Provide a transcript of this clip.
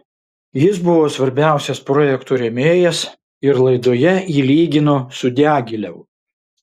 jis buvo svarbiausias projekto rėmėjas ir laidoje jį lygino su diagilevu